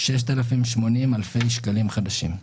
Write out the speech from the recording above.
6,080 אלפי שקלים חדשים.